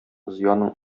зыяның